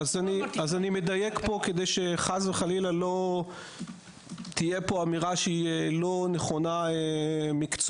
אני מדייק פה כדי שחס וחלילה לא תהיה פה אמירה שהיא לא נכונה מקצועית.